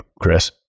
Chris